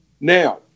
Now